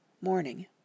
Morning